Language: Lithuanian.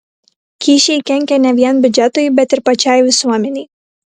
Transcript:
kyšiai kenkia ne vien biudžetui bet ir pačiai visuomenei